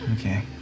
Okay